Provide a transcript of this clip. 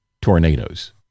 tornadoes